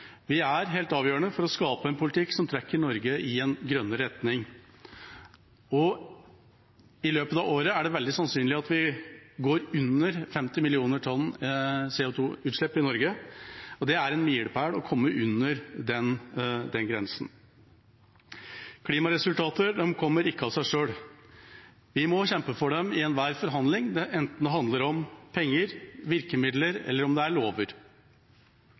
Vi er helt avgjørende for å skape en politikk som trekker Norge i en grønnere retning. I løpet av året er det veldig sannsynlig at vi kommer under 50 mill. tonn CO 2 -utslipp i Norge. Det er en milepæl å komme under den grensen. Klimaresultater kommer ikke av selv. Vi må kjempe for dem i enhver forhandling, enten det handler om penger, virkemidler eller lover. Det er